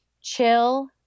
Chill